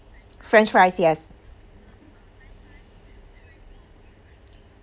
french fries yes